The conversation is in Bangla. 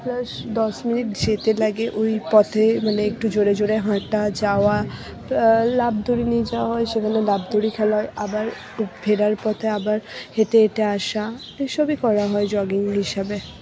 প্লাস দশ মিনিট যেতে লাগে ওই পথে মানে একটু জোরে জোরে হাঁটা যাওয়া লাফদড়ি নিয়ে যাওয়া হয় সেখানে লাফদড়ি খেলা হয় আবার ফেরার পথে আবার হেঁটে হেঁটে আসা এই সবই করা হয় জগিং হিসাবে